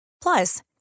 Plus